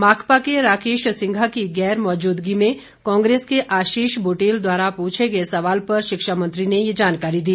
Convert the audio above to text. माकपा के राकेश सिंघा की गैरमौजूदगी में कांग्रेस के आशीष बुटेल द्वारा पूछे गए सवाल पर शिक्षामंत्री ने ये जानकारी दी